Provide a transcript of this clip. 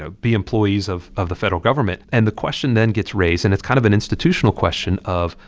ah be employees of of the federal government and the question then gets raised, and it's kind of an institutional question of,